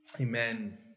Amen